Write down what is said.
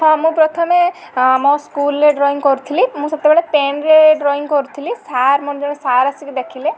ହଁ ମୁଁ ପ୍ରଥମେ ମୋ ସ୍କୁଲରେ ଡ୍ରଇଂ କରୁଥିଲି ମୁଁ ସେତେବେଳେ ପେନ୍ରେ ଡ୍ରଇଂ କରୁଥିଲି ସାର୍ ମୋର ଜଣେ ସାର୍ ଆସିକି ଦେଖିଲେ